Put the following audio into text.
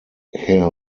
herr